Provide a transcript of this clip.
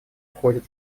входит